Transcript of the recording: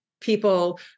people